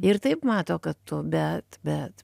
ir taip mato kad tu bet bet